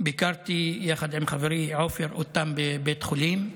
ביקרתי אותם יחד עם חברי עופר בבית חולים.